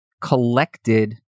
collected